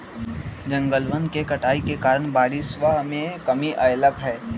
जंगलवन के कटाई के कारण बारिशवा में कमी अयलय है